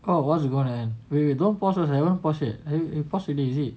oh what's gonna end wait wait don't pause first I haven't pause yet you pause already is it